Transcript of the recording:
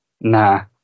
nah